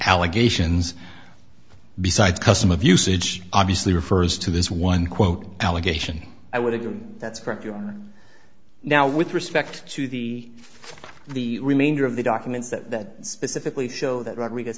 allegations besides custom of usage obviously refers to this one quote allegation i would again that's correct you are now with respect to the the remainder of the documents that specifically show that rodriguez